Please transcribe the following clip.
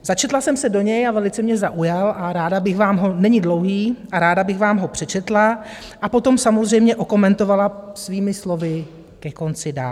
Začetla jsem se do něj, velice mě zaujal a ráda bych vám ho není dlouhý ráda bych vám ho přečetla a potom samozřejmě okomentovala svými slovy ke konci dál: